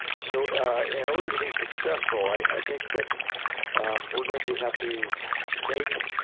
so in order to be successful i think that we're going to have to make